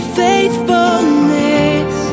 faithfulness